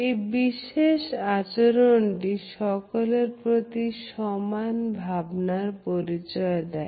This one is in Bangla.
এই বিশেষ আচরণটি সকলের প্রতি সমান ভাবনার পরিচয় দেয়